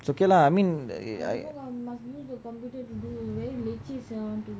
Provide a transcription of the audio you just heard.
it's okay lah I mean the I